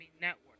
network